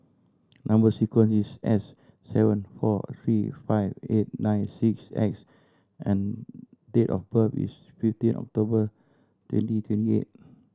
number sequence is S seven four three five eight nine six X and date of birth is fifteen October twenty twenty eight